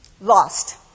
Lost